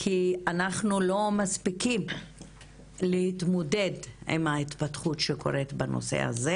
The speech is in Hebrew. כי אנחנו לא מספיקים להתמודד עם ההתפתחות שקורית בנושא הזה.